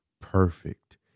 perfect